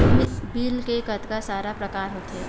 Bill के कतका सारा प्रकार होथे?